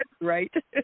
Right